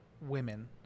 women